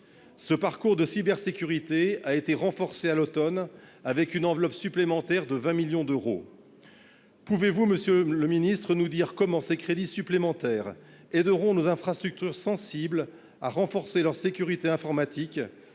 Ce parcours de cybersécurité a été renforcée à l'Automne avec une enveloppe supplémentaire de 20 millions d'euros. Pouvez-vous, Monsieur le Ministre, nous dire comment ces crédits supplémentaires et de rond nos infrastructures sensibles à renforcer leur sécurité informatique